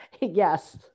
Yes